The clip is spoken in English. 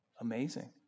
Amazing